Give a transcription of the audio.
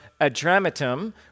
Adramatum